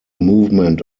movement